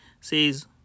says